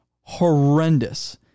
horrendous